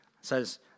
says